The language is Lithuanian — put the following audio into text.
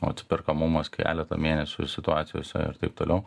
atsiperkamumas keletą mėnesių ir situacijose ir taip toliau